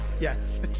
Yes